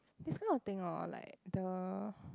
this kind of thing hor like the